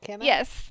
Yes